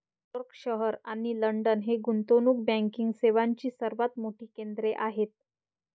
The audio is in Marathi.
न्यूयॉर्क शहर आणि लंडन ही गुंतवणूक बँकिंग सेवांची सर्वात मोठी केंद्रे आहेत